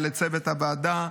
ולצוות הוועדה,